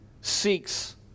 seeks